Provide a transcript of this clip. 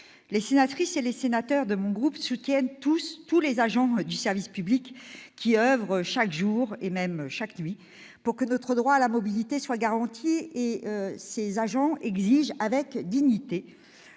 les sénatrices et sénateurs de mon groupe soutiennent tous les agents du service public, qui oeuvrent chaque jour, et même chaque nuit, pour que notre droit à la mobilité soit garanti. Ces agents exigent, avec dignité,